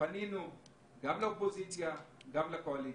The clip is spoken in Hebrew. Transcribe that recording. פנינו גם לאופוזיציה וגם לקואליציה.